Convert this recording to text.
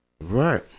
right